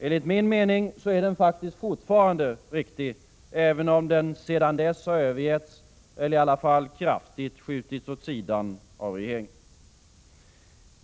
Enligt min mening är den fortfarande riktig, även om den sedan dess har övergetts eller i varje fall kraftigt skjutits åt sidan av regeringen.